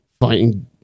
fighting